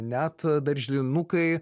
net darželinukai